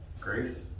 Grace